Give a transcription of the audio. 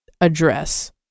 Address